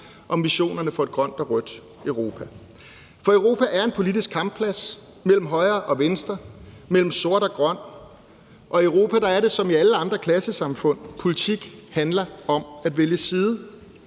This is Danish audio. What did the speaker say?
om visionerne for et grønt og rødt Europa. For Europa er en politisk kampplads mellem højre og venstre og mellem sort og grøn, og i Europa er det som i alle andre klassesamfund: Politik handler om at vælge side.